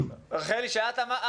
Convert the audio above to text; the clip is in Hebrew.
רוצים לעבוד אבל כל אחד רוצה מתווה.